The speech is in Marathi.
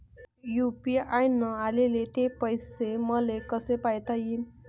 यू.पी.आय न आले ते पैसे मले कसे पायता येईन?